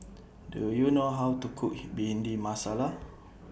Do YOU know How to Cook Bhindi Masala